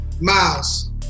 Miles